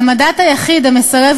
העמדת היחיד המסרב,